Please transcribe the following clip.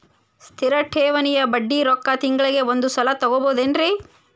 ಸ್ಥಿರ ಠೇವಣಿಯ ಬಡ್ಡಿ ರೊಕ್ಕ ತಿಂಗಳಿಗೆ ಒಂದು ಸಲ ತಗೊಬಹುದೆನ್ರಿ?